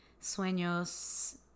Sueños